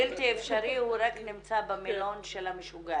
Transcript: בלתי אפשרי הוא רק נמצא במילון של המשוגעים.